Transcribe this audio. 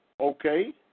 okay